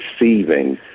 receiving